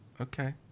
Okay